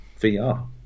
VR